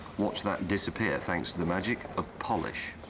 watch that disappear, thanks to the magic of polish.